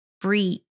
breathe